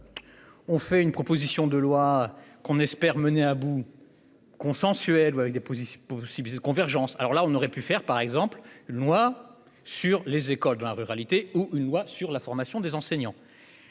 On fait une proposition de loi qu'on espère mener à bout. Consensuel vous avec des positions possibilité de convergence. Alors là on aurait pu faire par exemple une loi sur les écoles de la ruralité ou une loi sur la formation des enseignants.